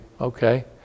okay